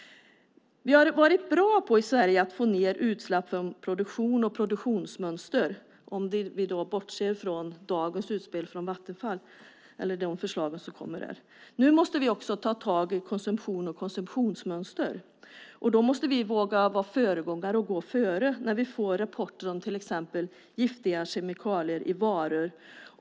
Vi har i Sverige varit bra på att få ned utsläpp från produktion och produktionsmönster, om vi bortser från dagens utspel och förslag från Vattenfall. Nu måste vi också ta tag i konsumtion och konsumtionsmönster. Vi måste våga vara föregångare och gå före när vi får rapporter om till exempel giftiga kemikalier i varor.